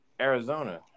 Arizona